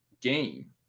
game